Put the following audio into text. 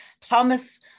thomas